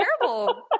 terrible